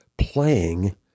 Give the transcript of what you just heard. playing